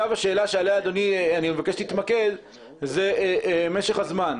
השאלה בה אני מבקש שתתמקד היא משך הזמן.